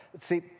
See